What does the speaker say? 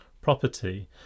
property